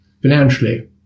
financially